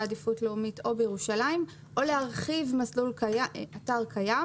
עדיפות לאומית או בירושלים או להרחיב אתר קיים.